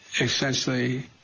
essentially